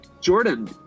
Jordan